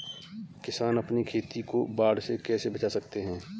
किसान अपनी खेती को बाढ़ से कैसे बचा सकते हैं?